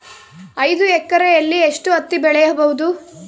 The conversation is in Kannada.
ಐದು ಎಕರೆಯಲ್ಲಿ ಎಷ್ಟು ಹತ್ತಿ ಬೆಳೆಯಬಹುದು?